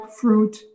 fruit